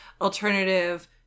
alternative